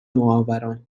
نوآوران